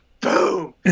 Boom